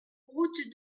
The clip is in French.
route